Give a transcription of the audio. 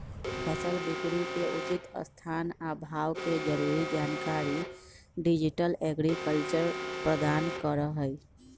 फसल बिकरी के उचित स्थान आ भाव के जरूरी जानकारी डिजिटल एग्रीकल्चर प्रदान करहइ